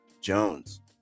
jones